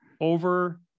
over